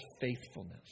faithfulness